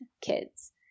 kids